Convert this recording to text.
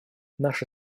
наша